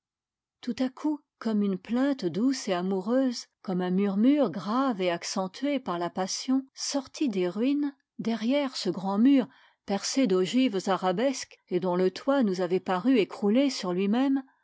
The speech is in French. tout à coup comme une plainte douce et amoureuse comme un murmure grave et accentué par la passion sortit des ruines derrière ce grand mur percé d'ogives arabesques et dont le toit nous avait paru écroulé sur lui-même